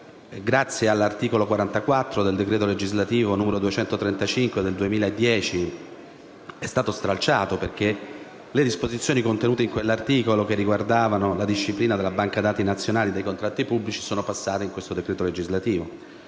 grazie all'articolo 44 del decreto legislativo n. 235 del 2010, è stato stralciato perché le disposizioni contenute in quell'articolo riguardanti la disciplina della Banca dati nazionale dei contratti pubblici sono passate in quel decreto legislativo.